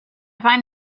find